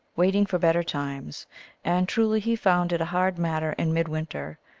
waiting for better times and truly he found it a hard matter in midwinter,